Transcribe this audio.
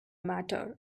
matter